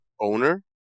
owner